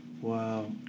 Wow